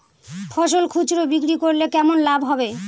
ফসল খুচরো বিক্রি করলে কেমন লাভ হবে?